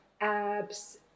abs